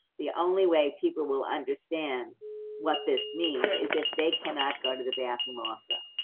the only way people will understand what this means is if they cannot go to the bathroom also.